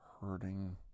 hurting